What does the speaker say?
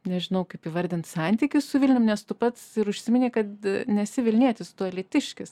nežinau kaip įvardint santykis su vilnium nes tu pats ir užsiminei kad nesi vilnietis tu alytiškis